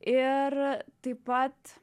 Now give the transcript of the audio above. ir taip pat